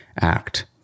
act